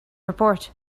report